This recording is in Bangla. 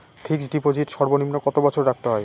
ফিক্সড ডিপোজিট সর্বনিম্ন কত বছর রাখতে হয়?